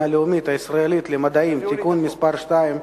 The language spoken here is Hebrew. הלאומית הישראלית למדעים (תיקון מס' 2)